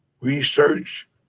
research